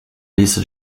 lista